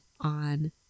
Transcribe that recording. on